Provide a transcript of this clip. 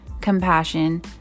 compassion